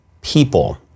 people